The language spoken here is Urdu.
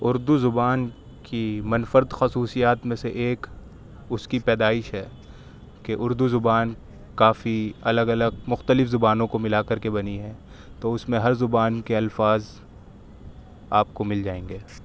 اردو زبان کی منفرد خصوصیات میں سے ایک اس کی پیدائش ہے کہ اردو زبان کافی الگ الگ مختلف زبانوں کو ملا کر کے بنی ہے تو اس میں ہر زبان کے الفاظ آپ کو مل جائیں گے